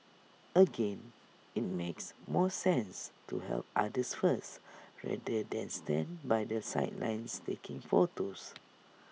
again IT makes more sense to help others first rather than stand by the sidelines taking photos